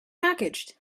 package